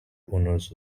owners